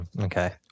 Okay